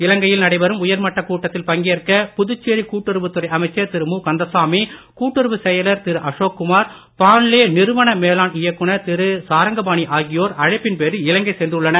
இலங்கையில் நடைபெறும் உயர்மட்டக் கூட்டத்தில் பங்கேற்க புதுச்சேரி கூட்டுறவு துறை அமைச்சர் திரு மு கந்தசாமி கூட்டுறவு செயலர் திரு அசோக் குமார் பாண்லே நிறுவன மேலாண் இயக்குனர் திரு சாரங்கபாணி ஆகியோர் அழைப்பின் பேரில் இலங்கை சென்றுள்ளனர்